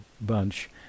bunch